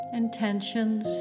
intentions